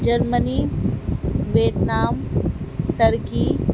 Germany Vietnam turkey